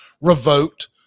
revoked